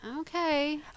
Okay